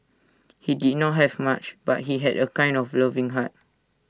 he did not have much but he had A kind and loving heart